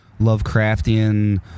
Lovecraftian